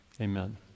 Amen